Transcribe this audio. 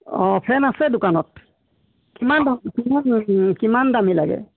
অঁ ফেন আছে দোকানত কিমান কিমান কিমান দামী লাগে